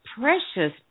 precious